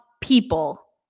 people